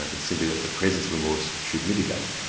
ah it's simply that the presence of remorse should mitigate.